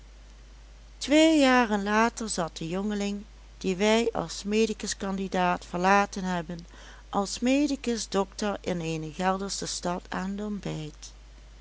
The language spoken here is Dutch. twee jaren later zat de jongeling dien wij als med cand verlaten hebben als med doctor in eene geldersche stad aan het ontbijt